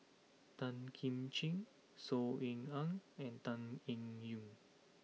Tan Kim Ching Saw Ean Ang and Tan Eng Yoon